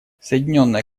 соединенное